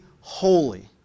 holy